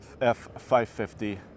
F550